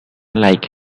like